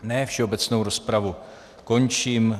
Ne, všeobecnou rozpravu končím.